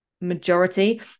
majority